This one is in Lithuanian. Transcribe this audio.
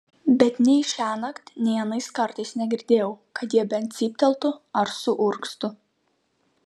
bet nei šiąnakt nei anais kartais negirdėjau kad jie bent cyptelėtų ar suurgztų